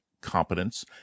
competence